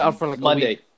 Monday